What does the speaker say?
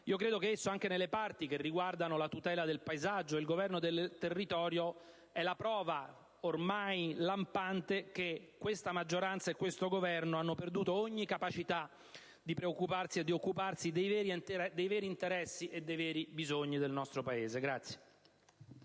credo che esso, anche nelle parti che riguardano la tutela del paesaggio e il governo del territorio, sia la prova ormai lampante che questa maggioranza e questo Governo hanno perduto ogni capacità di preoccuparsi e di occuparsi dei veri interessi e dei veri bisogni del nostro Paese.